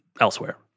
elsewhere